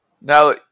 Now